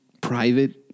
private